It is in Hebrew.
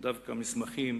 דווקא מסמכים